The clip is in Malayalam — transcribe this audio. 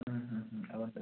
അതുണ്ട്